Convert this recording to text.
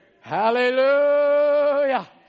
Hallelujah